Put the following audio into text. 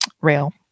rail